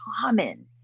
common